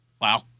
wow